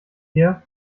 bier